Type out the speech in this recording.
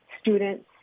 students